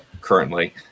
currently